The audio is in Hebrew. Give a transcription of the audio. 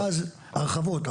הרחבות.